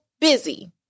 busy